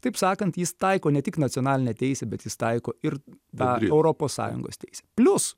taip sakant jis taiko ne tik nacionalinę teisę bet jis taiko ir dar europos sąjungos teisę plius